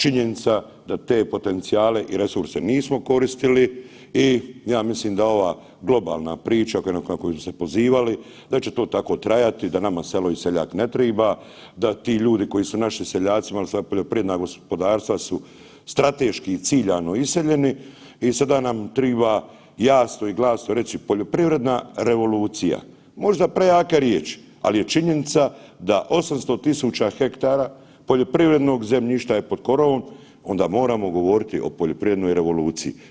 Činjenica da te potencijale nismo koristili i ja mislim da ova globalna priča na koju smo se pozivali da će to tako trajati, da nama selo i seljak ne triba, da ti ljudi koji su naši seljacima … poljoprivredna gospodarstva su strateški ciljano iseljeni i sada nam triba jasno i glasno reći poljoprivredna revolucija, možda prejaka riječ, ali je činjenice da 800.000 hektara poljoprivrednog zemljišta je pod korovom onda moramo govoriti o poljoprivrednoj revoluciji.